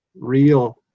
real